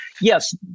yes